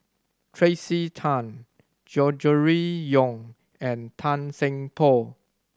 Tracey Tan Gregory Yong and Tan Seng Poh